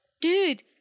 Dude